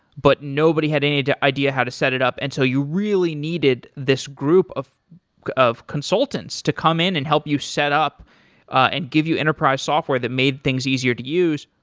but nobody had any idea how to set it up, and so you really needed this group of of consultants to come in and help you set up and give you enterprise software that made things easier to use.